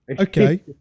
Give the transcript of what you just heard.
Okay